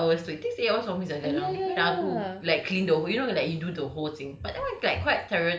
sometimes he dust it at eight hours so he thinks eight hours always like that now penat aku like clean the who~ like you know he do the whole thing